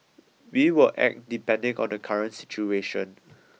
we will act depending on the current situation